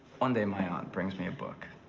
one day my aunt brings me a book.